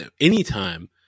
Anytime